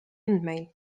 andmeil